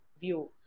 view